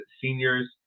seniors